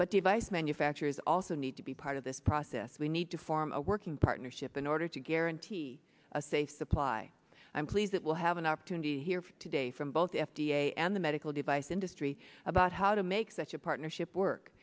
but device manufacturers also need to be part of this process we need to form a working partnership in order to guarantee a safe supply i'm pleased that will have an opportunity here today from both the f d a and the medical device industry about how to make such a partnership work